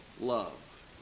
love